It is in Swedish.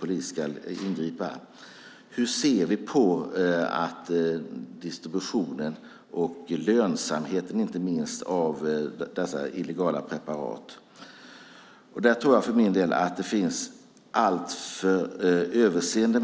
polis ska ingripa ser på distributionen av och lönsamheten i handeln med dessa illegala preparat. Där tror jag för min del att det finns alltför stort överseende.